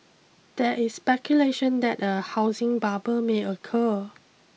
there is speculation that a housing bubble may occur